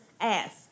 ask